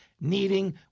needing